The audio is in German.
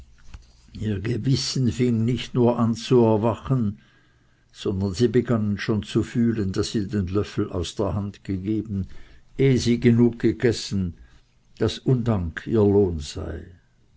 gewissen fing nicht nur an zu erwachen sondern sie begannen schon zu fühlen daß sie den löffel aus der hand gegeben ehe sie genug gegessen daß undank ihr lohn sei